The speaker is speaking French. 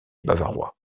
bavarois